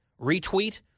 retweet